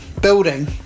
building